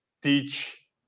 teach